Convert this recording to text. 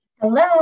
Hello